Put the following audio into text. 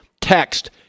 text